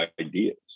ideas